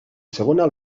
segona